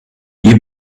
you